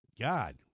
God